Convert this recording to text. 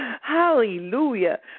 Hallelujah